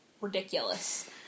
ridiculous